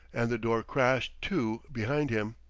and the door crashed to behind him.